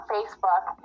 Facebook